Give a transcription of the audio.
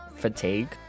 fatigue